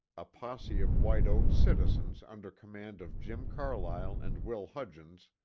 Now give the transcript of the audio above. a posse of white oaks citizens under command of jim carlyle and will hudgens,